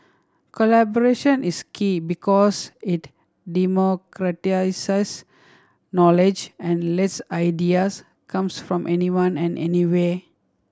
collaboration is key because it democratises knowledge and lets ideas comes from anyone and anywhere